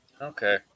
Okay